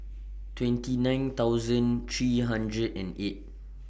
twenty nine thousand three hundred and eight